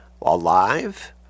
alive